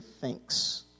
thinks